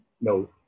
no